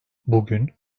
bugün